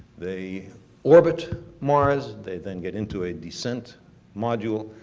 they orbit mars. they then get into a descent module.